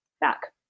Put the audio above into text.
back